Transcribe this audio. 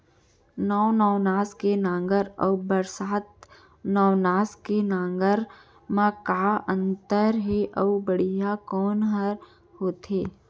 नौ नवनास के नांगर अऊ बरसात नवनास के नांगर मा का अन्तर हे अऊ बढ़िया कोन हर होथे?